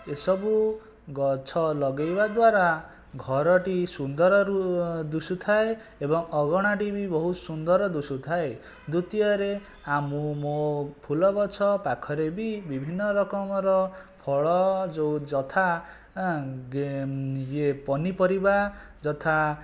ଏ ସବୁ ଗଛ ଲଗେଇବା ଦ୍ୱାରା ଘରଟି ସୁନ୍ଦର ରୁ ଦିଶୁଥାଏ ଏବଂ ଅଗଣାଟି ବି ବହୁତ ସୁନ୍ଦର ଦିଶୁଥାଏ ଦ୍ଵିତୀୟରେ ଆ ମୁଁ ମୋ ଫୁଲ ଗଛ ପାଖରେ ବି ବିଭିନ୍ନ ରକମର ଫଳ ଯେଉଁ ଯଥା ଇଏ ପନିପରିବା ଯଥା